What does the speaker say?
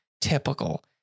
Typical